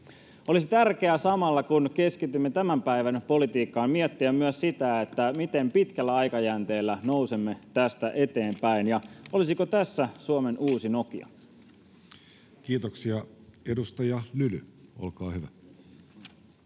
Samalla kun keskitymme tämän päivän politiikkaan, olisi tärkeää miettiä myös, miten pitkällä aikajänteellä nousemme tästä eteenpäin. Olisiko tässä Suomen uusi Nokia? Kiitoksia. — Edustaja Lyly, olkaa hyvä.